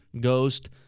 Ghost